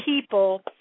people